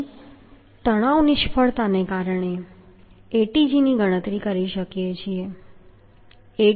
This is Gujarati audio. પછી તણાવ નિષ્ફળતાને કારણે Atg ની ગણતરી કરી શકીએ છીએ